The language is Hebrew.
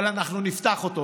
אבל אנחנו נפתח אותו.